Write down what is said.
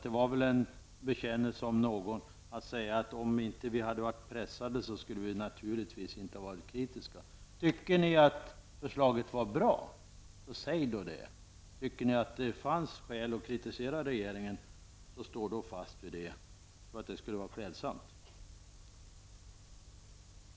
Det var väl en bekännelse om någon att säga att om vi inte hade varit pressade så skulle vi naturligtvis inte ha varit kritiska. Tycker ni att förslaget var bra så säg det, och tycker ni att det fanns skäl att kritisera regeringen så stå fast vid det. Det skulle vara klädsamt.